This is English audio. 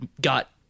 got